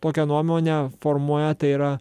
tokią nuomonę formuoja tai yra